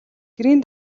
гэрийн